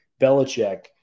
Belichick